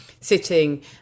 sitting